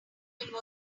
baldwin